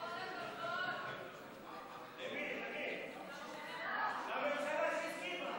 חוק השיפוט הצבאי (תיקון מס' 75),